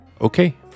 Okay